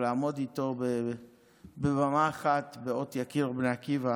אבל לעמוד איתו על במה אחת באות יקיר בני עקיבא